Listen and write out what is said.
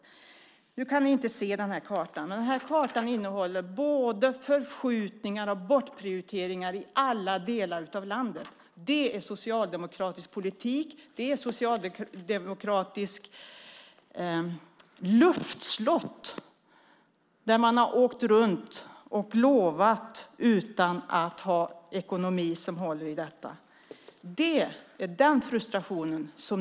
Ni kan inte se den här kartan, men den innehåller både tidsförskjutningar och bortprioriteringar i alla delar av landet. Det är socialdemokratisk politik. Det är socialdemokratiska luftslott. Man har åkt runt och lovat utan att ha ekonomi som håller för detta.